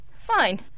Fine